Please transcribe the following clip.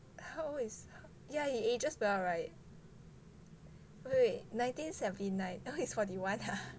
how old is he yeah he ages well [right] wait wait nineteen seventy nine now he's forty one ah